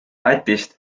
lätist